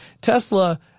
Tesla